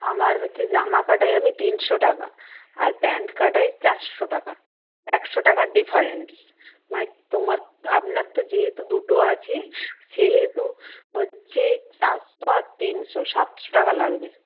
আমার হচ্ছে জামা কাটাই আমি তিনশো টাকা আর প্যান্ট কাটাই চারশো টাকা একশো টাকার ডিফারেন্স মানে তোমার আপনার তো যেহেতু দুটো আছে সেহেতু হচ্ছে চারশো আর তিনশো সাতশো টাকা লাগবে